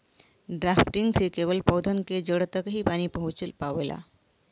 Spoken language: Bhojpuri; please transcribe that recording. ड्राफ्टिंग से केवल पौधन के जड़ तक ही पानी पहुँच पावेला